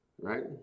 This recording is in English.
right